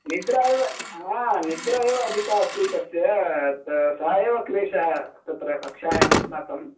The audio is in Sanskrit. निद्रा एव हा निद्रा एव अधिका अस्ति तस्य सः सः एव क्लेशः तत्र कक्ष्यायामस्माकम्